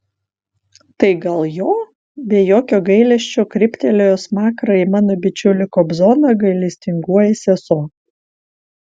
tai gal jo be jokio gailesčio kryptelėjo smakrą į mano bičiulį kobzoną gailestingoji sesuo